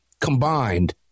combined